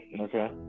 Okay